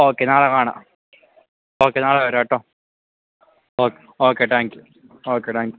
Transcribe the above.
okay നാളെ കാണാം okay നാളെ വരാട്ടോ okay okay thank you okay thank you